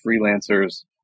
freelancer's